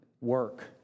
work